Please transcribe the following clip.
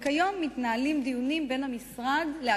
וכיום מתנהלים דיונים בין המשרד ובין